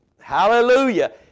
Hallelujah